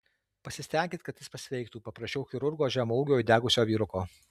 pasistenkit kad jis pasveiktų paprašiau chirurgo žemaūgio įdegusio vyruko